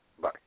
Bye